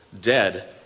dead